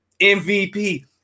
MVP